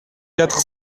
quatre